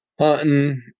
hunting